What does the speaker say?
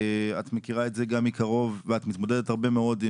את מכירה את זה גם מקרוב ואת מתמודדת הרבה מאוד.